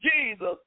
Jesus